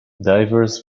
divers